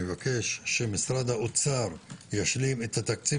אני מבקש שמשרד האוצר ישלים את התקציב